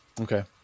Okay